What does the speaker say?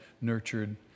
nurtured